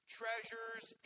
treasures